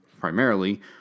primarily –